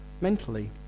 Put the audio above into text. mentally